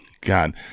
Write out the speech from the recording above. God